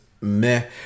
meh